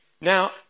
Now